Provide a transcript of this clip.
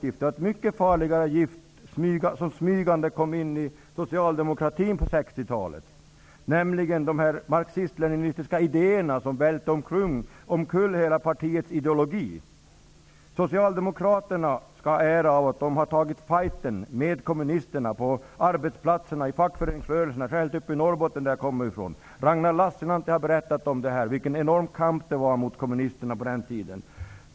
Men ett mycket farligare gift smög sin in i socialdemokratin på 1960-talet, nämligen de marxist-leninistiska idéerna som välte omkull hela partiets ideologi. Socialdemokraterna skall ha äran av att ha tagit ''fighten'' med kommunisterna på arbetsplatserna och i fackföreningsrörelsen -- särskilt i Norrbotten. Ragnar Lassinantti har berättat om vilken enorm kamp det var mot kommunisterna på den tiden.